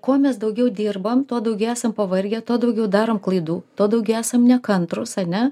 kuo mes daugiau dirbam tuo daugiau esam pavargę tuo daugiau darom klaidų tuo daugiau esam nekantrūs ane